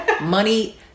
money